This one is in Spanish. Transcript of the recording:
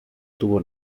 tuvo